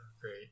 great